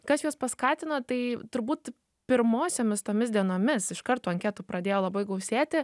kas juos paskatino tai turbūt pirmosiomis tomis dienomis iš karto anketų pradėjo labai gausėti